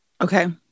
Okay